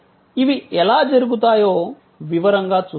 ఇవి ఎలా జరుగుతాయో వివరంగా చూస్తాము